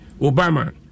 Obama